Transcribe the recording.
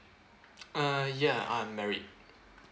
uh ya I'm married